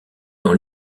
dans